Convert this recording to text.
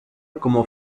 como